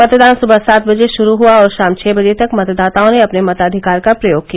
मतदान सुबह सात बजे शुरू हुआ और शाम छह बजे तक मतदाताओं ने अपने मताधिकार का प्रयोग किया